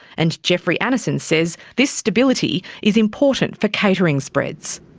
and geoffrey annison says this stability is important for catering spreads.